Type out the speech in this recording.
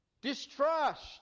distrust